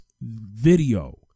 video